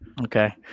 Okay